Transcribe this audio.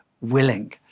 willing